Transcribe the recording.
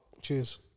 Cheers